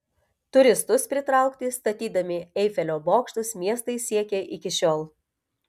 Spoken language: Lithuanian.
turistus pritraukti statydami eifelio bokštus miestai siekia iki šiol